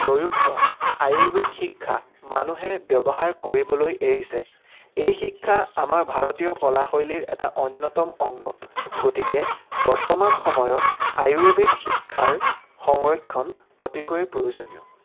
প্ৰয়োগ হোৱা আয়ুৰ্বেদ শিক্ষা মানুহে ব্যৱহাৰ কৰিবলৈ এৰিছে এই শিক্ষা আমাৰ ভাৰতীয় কলাশৈলীৰ এটা অন্যতম অংগ গতিকে বৰ্তমান সময়ত আয়ুৰ্বেদ শিক্ষাৰ সংৰক্ষণ অতিকৈ প্ৰয়োজনীয়